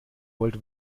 wollt